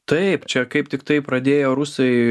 taip čia kaip tiktai pradėjo rusai